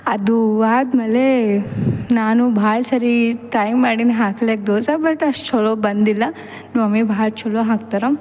ಅದು ಆದಮೇಲೆ ನಾನು ಭಾಳ ಸರಿ ಟ್ರೈ ಮಾಡೀನಿ ಹಾಕ್ಲಿಕ್ಕೆ ದೋಸೆ ಬಟ್ ಅಷ್ಟು ಚಲೊಗೆ ಬಂದಿಲ್ಲ ಮಮ್ಮಿ ಭಾಳ ಚಲೋ ಹಾಕ್ತಾರೆ